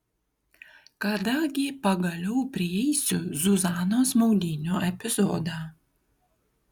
kada gi pagaliau prieisiu zuzanos maudynių epizodą